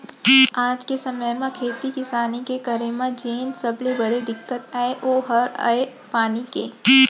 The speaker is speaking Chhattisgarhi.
आज के समे म खेती किसानी के करे म जेन सबले बड़े दिक्कत अय ओ हर अय पानी के